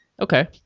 Okay